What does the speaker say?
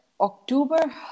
October